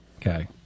Okay